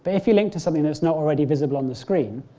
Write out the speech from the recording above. if you link to something that is not already visible on the screen,